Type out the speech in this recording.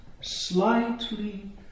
slightly